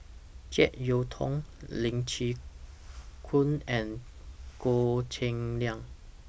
Jek Yeun Thong Lee Chin Koon and Goh Cheng Liang